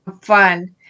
fun